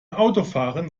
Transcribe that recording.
autofahren